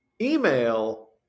email